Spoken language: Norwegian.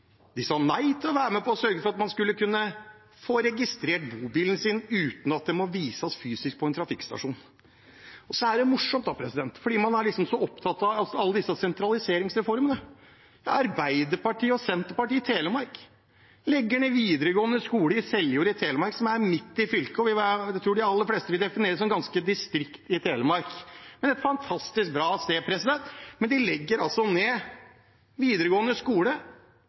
De sa nei til å være med på å sørge for at man skulle kunne få registrert bobilen sin uten at den måtte vises fysisk på en trafikkstasjon. Det er også morsomt – for man er liksom så opptatt av alle disse sentraliseringsreformene – at det er Arbeiderpartiet og Senterpartiet i Telemark som legger ned den videregående skolen i Seljord i Telemark. Det er midt i fylket, og jeg tror de aller fleste vil definere det som et distrikt i Telemark, men det er et fantastisk bra sted. Men de partiene legger altså ned den videregående